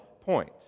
point